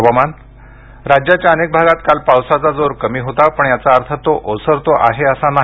हवामान राज्याच्या अनेक भागात काल पावसाचा जोर कमी होता पण याचा अर्थ तो ओसरतो आहे असा नाही